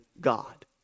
God